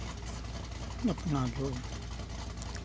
अपना जो